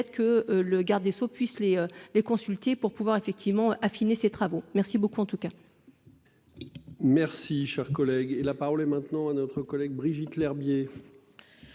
que le garde des Sceaux puissent les les consultiez pour pouvoir effectivement affiner ses travaux. Merci beaucoup en tout cas. Merci, cher collègue, la parole est maintenant à notre collègue Brigitte Lherbier.